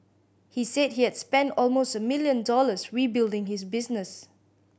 he said he had spent almost a million dollars rebuilding his business